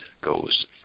goes